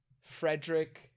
Frederick